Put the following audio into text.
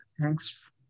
Thanks